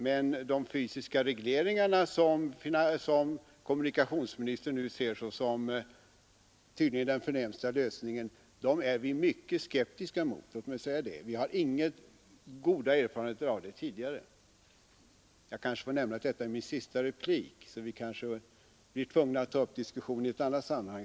Men de fysiska regleringar som kommunikationsministern tydligen ser som den förnämsta lösningen är vi mycket skeptiska mot — låt mig säga det. Vi har inga goda erfarenheter av detta tidigare. Det här är min sista replik, varför vi kanske får fortsätta denna diskussion i ett annat sammanhang.